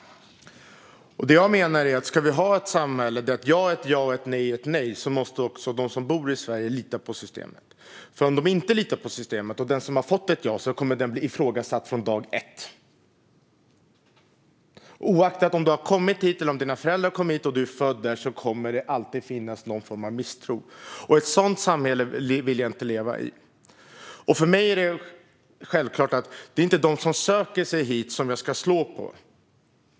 Jag menar att om vi ska ha ett samhälle där ett ja är ett ja och ett nej är ett nej måste de som bor i Sverige lita på systemet. Om de inte litar på systemet kommer den som fått ett ja att bli ifrågasatt från dag ett. Oavsett om det är du eller dina föräldrar som kommit hit och om du är född här eller inte kommer det alltid att finnas någon form av misstro. Ett sådant samhälle vill inte jag leva i. För mig är det självklart att det inte är dem som söker sig hit som man ska slå på.